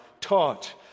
taught